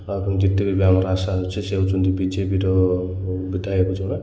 ଆଉ ଜିତିବେ ବୋଲି ଆମର ଆଶା ଅଛି ସେ ହେଉଛନ୍ତି ବିଜେପିର ବିଧାୟକ ଜଣେ